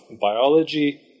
biology